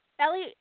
Ellie